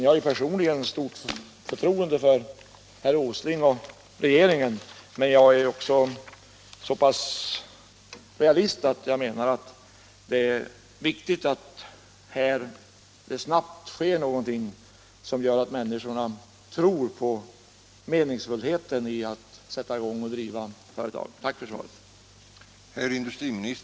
Jag har personligen stort förtroende för herr Åsling och för regeringen, men jag är också så pass realistisk att jag inser att det är viktigt att det här snabbt sker någonting som 45 gör att människorna tror på meningsfullheten i att sätta i gång och att driva företag. Tack för svaret.